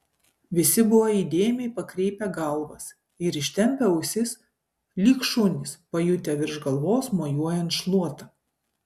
visi buvo įdėmiai pakreipę galvas ir ištempę ausis lyg šunys pajutę virš galvos mojuojant šluota